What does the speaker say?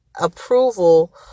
approval